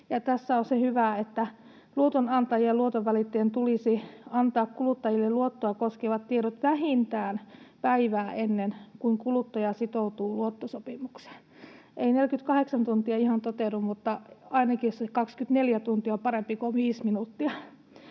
tässä on se hyvä, että luotonantajien ja luotonvälittäjien tulisi antaa kuluttajille luottoa koskevat tiedot vähintään päivää ennen kuin kuluttaja sitoutuu luottosopimukseen. 48 tuntia ei ihan toteudu, mutta ainakin se 24 tuntia on parempi kuin 5 minuuttia.